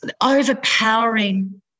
overpowering